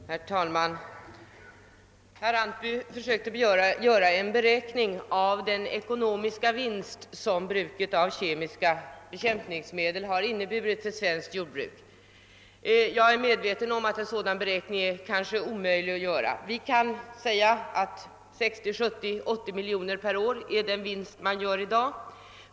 Herr talman! Herr Antby försökte göra en beräkning av den ekonomiska vinst som bruket av bekämpningsmedel medfört för svenskt jordbruk. Också jag är medveten om att en sådan beräkning kanske är omöjlig att göra. Vi kan säga att 60, 70 eller 80 miljoner kronor per år är den vinst man gör i dag.